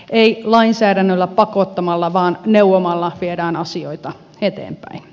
ei lainsäädännöllä pakottamalla vaan neuvomalla viedään asioita eteenpäin